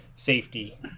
Safety